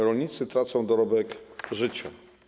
Rolnicy tracą dorobek życia.